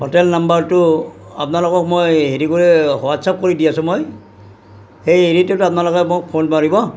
hotel নাম্বাৰটো আপোনালোকক মই হেৰি কই হোৱাটচ্এপ কৰি দি আছোঁ মই সেই হেৰিটোত আপোনালোকে মোক ফোন মাৰিব